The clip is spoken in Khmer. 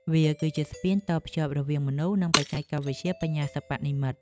វាគឺជាស្ពានតភ្ជាប់រវាងមនុស្ស និងបច្ចេកវិទ្យាបញ្ញាសិប្បនិម្មិត។